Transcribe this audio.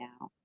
now